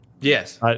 Yes